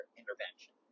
intervention